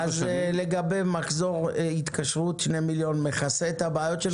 לגבי מחזור התקשרות 2 מיליון מכסה את הבעיות שלך?